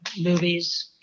movies